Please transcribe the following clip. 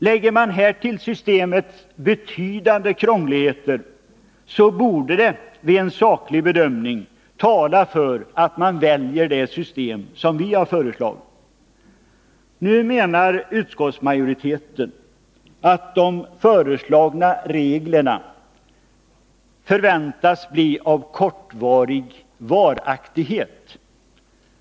Lägger man härtill systemets betydande krångligheter, borde en saklig bedömning tala för att man väljer det system som vi föreslagit. Nu menar utskottsmajoriteten att de föreslagna reglerna förväntas bli av kort varaktighet.